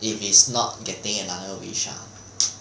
if it's not getting another wish ah